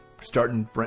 starting